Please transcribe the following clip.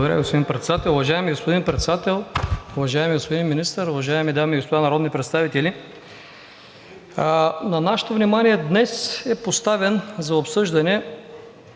господин Председател. Уважаеми господин Председател, уважаеми господин Министър, уважаеми дами и господа народни представители! На нашето внимание днес е поставен за обсъждане